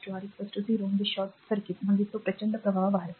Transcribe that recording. तर आर 0 म्हणजे short circuit म्हणजे तो प्रचंड प्रवाह वाहेल